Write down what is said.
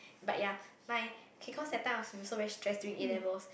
but ya my K cause that time I been so very stress during A-levels